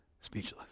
Speechless